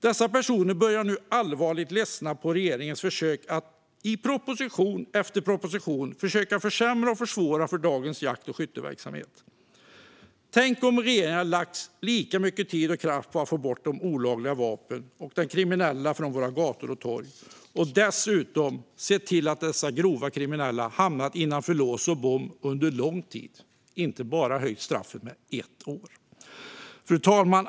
Dessa personer börjar nu på allvar att ledsna på regeringens försök i proposition efter proposition att försämra och försvåra för dagens jakt och skytteverksamhet. Tänk om regeringen hade lagt lika mycket tid och kraft på att få bort de olagliga vapnen och de kriminella från våra gator och torg och dessutom sett till att dessa grovt kriminella hamnat bakom lås och bom under lång tid och inte bara höjt straffet med ett år. Fru talman!